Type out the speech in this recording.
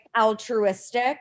altruistic